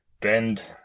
bend